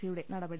C യുടെ നടപടി